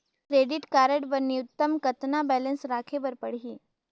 Credit card बर न्यूनतम कतका बैलेंस राखे बर पड़ही?